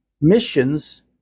missions